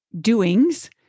doings